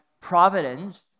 providence